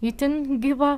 itin gyva